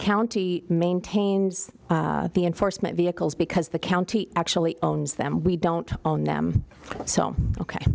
county maintains the enforcement vehicles because the county actually owns them we don't own them so